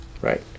right